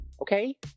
okay